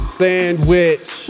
sandwich